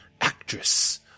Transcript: Actress